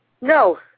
No